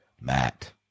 Matt